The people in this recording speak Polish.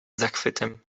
zachwytem